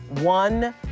One